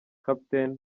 capt